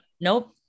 Nope